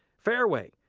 fairway,